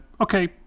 okay